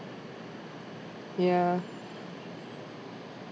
ya